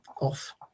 Off